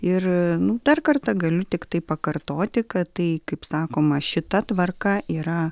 ir dar kartą galiu tiktai pakartoti kad tai kaip sakoma šita tvarka yra